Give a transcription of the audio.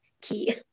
key